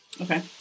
Okay